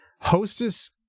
hostess